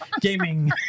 gaming